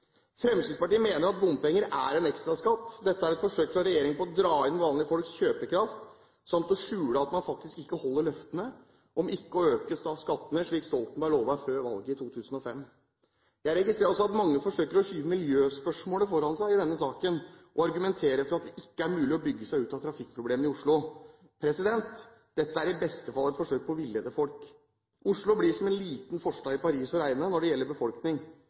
Fremskrittspartiet mener at bompenger er en ekstraskatt. Dette er et forsøk fra regjeringen på å dra inn vanlige folks kjøpekraft, samt å skjule at man faktisk ikke holder løftene om ikke å øke skattene, slik Stoltenberg lovet før valget i 2005. Jeg registrerer også at mange forsøker å skyve miljøspørsmålet foran seg i denne saken og argumenterer for at det ikke er mulig å bygge seg ut av trafikkproblemene i Oslo. Dette er i beste fall et forsøk på å villede folk. Oslo blir som en liten forstad i Paris å regne, når det gjelder befolkning.